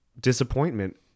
disappointment